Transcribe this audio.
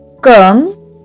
come